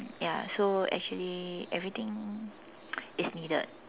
ya so actually everything is needed